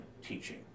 teaching